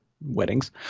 weddings